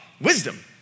wisdom